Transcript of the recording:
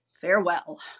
Farewell